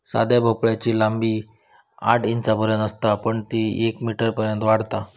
साध्या भोपळ्याची लांबी आठ इंचांपर्यंत असता पण ती येक मीटरपर्यंत वाढता